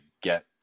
get